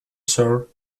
sir